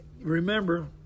remember